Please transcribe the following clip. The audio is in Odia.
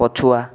ପଛୁଆ